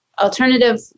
alternative